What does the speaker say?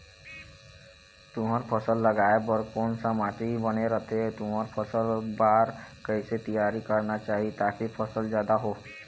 तुंहर फसल उगाए बार कोन सा माटी बने रथे तुंहर फसल बार कैसे तियारी करना चाही ताकि फसल जादा हो?